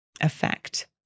effect